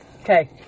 Okay